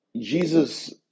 Jesus